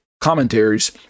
commentaries